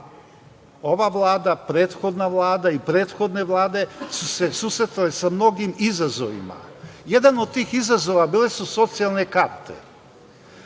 ova Vlada, prethodna Vlada i prethodne vlade su se susretale sa mnogim izazovima. Jedan od tih izazova bile su socijalne karte.